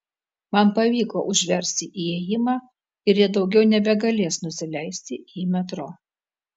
man pavyko užversti įėjimą ir jie daugiau nebegalės nusileisti į metro